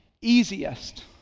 easiest